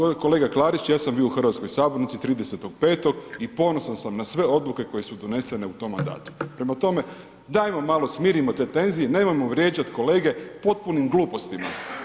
Uostalom kolega Klarić, ja sam bio u hrvatskoj sabornici 30. 5. i ponosan na sve odluke koje su donesene u tom mandatu prema tome, dajmo malo, smirimo te tenzije, nemojmo vrijeđati kolege potpunim glupostima.